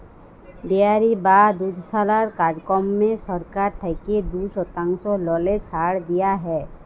dairy বা দুধশালার কাজকম্মে সরকার থ্যাইকে দু শতাংশ ললে ছাড় দিয়া হ্যয়